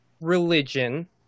religion